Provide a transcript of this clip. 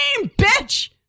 bitch